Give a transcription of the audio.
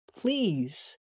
please